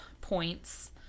points